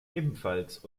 ebenfalls